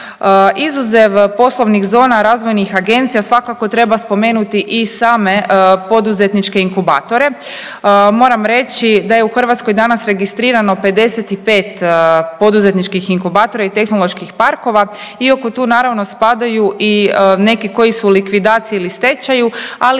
Izuzev poslovnih zona, razvojnih agencija svakako treba spomenuti i same poduzetničke inkubatore. Moram reći da je u Hrvatskoj danas registrirano 55 poduzetničkih inkubatora i tehnoloških parkova, iako tu naravno spadaju i neki koji su u likvidaciji ili stečaju, ali